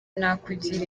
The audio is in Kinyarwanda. nakugira